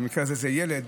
במקרה הזה זה ילד,